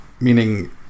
meaning